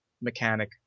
mechanic